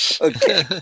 okay